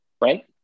Right